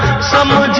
some of the